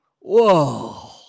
Whoa